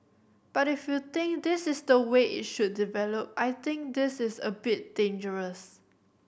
but if you think this is the way it should develop I think this is a bit dangerous